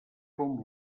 com